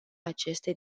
aceste